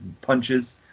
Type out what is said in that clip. punches